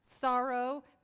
sorrow